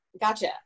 Gotcha